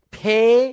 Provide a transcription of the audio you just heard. pay